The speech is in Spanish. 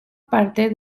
parte